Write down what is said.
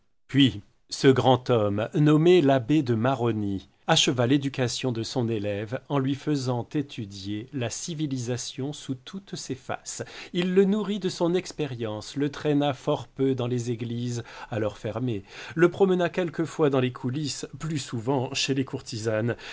puis ce grand homme nommé l'abbé de maronis acheva l'éducation de son élève en lui faisant étudier la civilisation sous toutes ses faces il le nourrit de son expérience le traîna fort peu dans les églises alors fermées le promena quelquefois dans les coulisses plus souvent chez les courtisanes